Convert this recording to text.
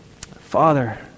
Father